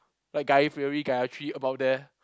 like guy-fieri Gayathri about there